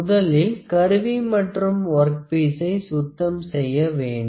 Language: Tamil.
முதலில் கருவி மற்றும் ஒர்க் பீசை சுத்தம் செய்ய வேண்டும்